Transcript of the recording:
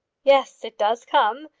yes it does come,